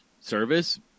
service